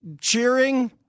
cheering